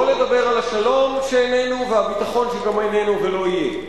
שלא לדבר על השלום שאיננו ועל הביטחון שגם הוא איננו ולא יהיה.